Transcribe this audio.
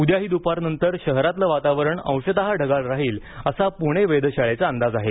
उद्याही द्पारनंतर शहरातलं वातावरण अंशतः ढगाळ राहील असा पुणे वेधशाळेचा अंदाज आहे